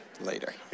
later